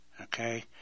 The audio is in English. okay